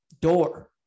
door